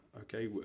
okay